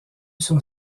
son